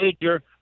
Major